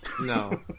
No